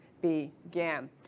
began